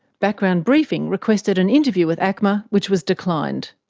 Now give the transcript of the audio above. background briefing requested an interview with acma, which was declined.